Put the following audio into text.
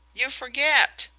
you forget!